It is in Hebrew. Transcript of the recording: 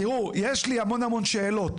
תראו, יש לי המון המון שאלות.